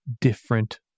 different